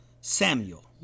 Samuel